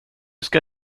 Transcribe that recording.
ska